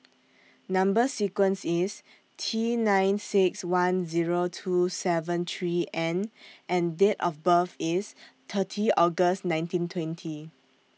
Number sequence IS T nine six one Zero two seven three N and Date of birth IS thirty August nineteen twenty